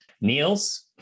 Niels